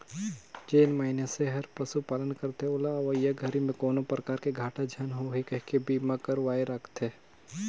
जेन मइनसे हर पशुपालन करथे ओला अवईया घरी में कोनो परकार के घाटा झन होही कहिके बीमा करवाये राखथें